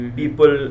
people